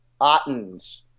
Ottens